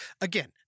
Again